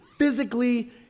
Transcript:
physically